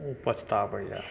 ओ पछताबैया